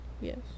Yes